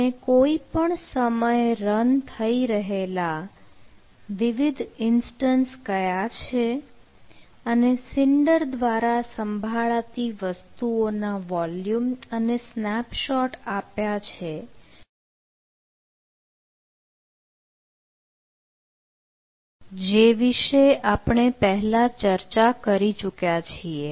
અને કોઈપણ સમયે રન થઇ રહેલા વિવિધ ઇનસ્ટન્સ આપ્યા છે જે વિશે આપણે પહેલા ચર્ચા કરી ચૂક્યા છીએ